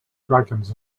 dragons